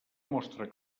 mostra